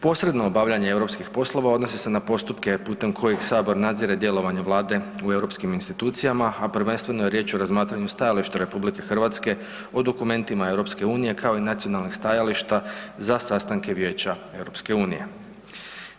Posredno obavljanje europskih poslova odnosi se na postupke putem kojih Sabor nadzire djelovanje Vlade u europskim institucijama a prvenstveno je riječ o razmatranju stajališta RH, o dokumentima EU-a kao i nacionalnih stajališta za sastanke Vijeća EU-a.